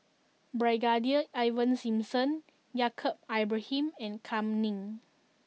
Brigadier Ivan Simson Yaacob Ibrahim and Kam Ning